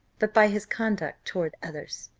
but by his conduct towards others.